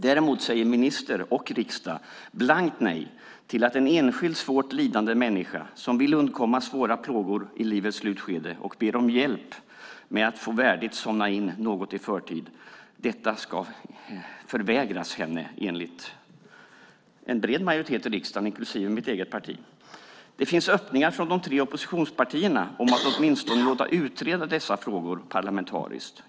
Däremot säger ministern och riksdagen blankt nej till en enskild svårt lidande människa som vill undkomma svåra plågor i livets slutskede och ber om att få hjälp med att värdigt somna in något i förtid. Detta ska förvägras henne enligt en bred majoritet i riksdagen, inklusive mitt eget parti. Det finns öppningar från de tre oppositionspartierna om att åtminstone låta utreda dessa frågor parlamentariskt.